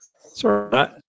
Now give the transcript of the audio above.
Sorry